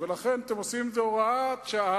וזו הוראת שעה,